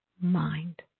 mind